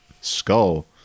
skull